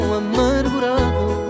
amargurado